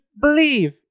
believe